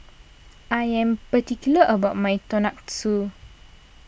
I am particular about my Tonkatsu